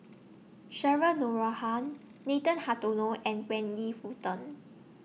Cheryl Noronha Nathan Hartono and Wendy Hutton